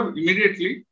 immediately